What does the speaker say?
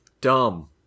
dumb